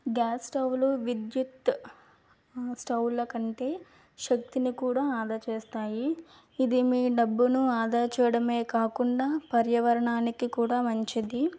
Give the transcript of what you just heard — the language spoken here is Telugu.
గ్యాస్ స్టవ్వులు విద్యుత్ స్టౌవులకంటే శక్తిని కూడ ఆదా చేస్తాయి ఇది మీ డబ్బుని ఆదా చేయడమే కాకుండా పర్యావరణానికి కూడా మంచిది